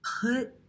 put